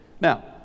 Now